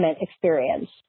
experience